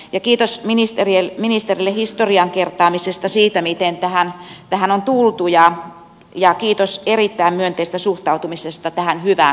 ja kiitos ministerille historian kertaamisesta siinä miten tähän on tultu ja kiitos erittäin myönteisestä suhtautumisesta tähän hyvään kansalaisaloitteeseen